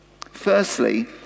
Firstly